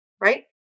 right